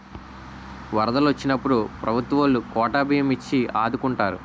వరదలు వొచ్చినప్పుడు ప్రభుత్వవోలు కోటా బియ్యం ఇచ్చి ఆదుకుంటారు